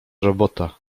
robota